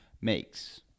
makes